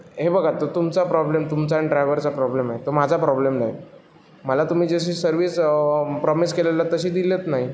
हे बघा तो तुमचा प्रॉब्लेम तुमचा आणि ड्रायवरचा प्रॉब्लेम आहे तो माझा प्रॉब्लेम नाही मला तुम्ही जशी सर्विस प्रॉमिस केलेलं तशी दिलंत नाही